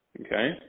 Okay